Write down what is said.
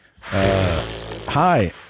Hi